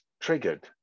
triggered